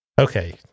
Okay